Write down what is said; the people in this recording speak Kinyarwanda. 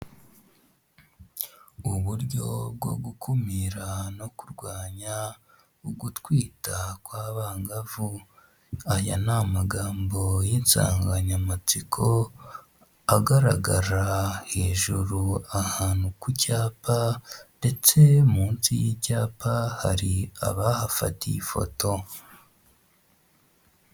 Uburyo bwo gukumira no kurwanya ugutwita kw'abangavu aya ni amagambo y'insanganyamatsiko agaragara hejuru ahantu ku cyapa ndetse munsi y'icyapa hari abahafatatiye ifoto.